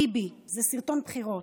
ביבי, זה סרטון בחירות: